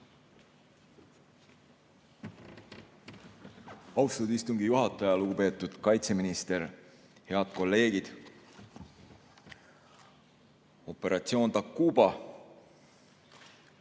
Austatud istungi juhataja! Lugupeetud kaitseminister! Head kolleegid! Operatsioon Takuba.